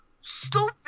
stupid